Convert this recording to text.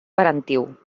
parentiu